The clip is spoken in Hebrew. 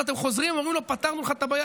ואתם חוזרים ואומרים לו: פתרנו לך את הבעיה,